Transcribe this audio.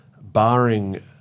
barring